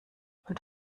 und